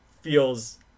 feels